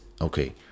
Okay